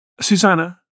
Susanna